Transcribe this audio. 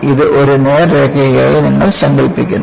ഇത് ഒരു നേർരേഖയായി നിങ്ങൾ സങ്കൽപ്പിക്കുന്നു